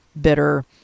bitter